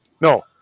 No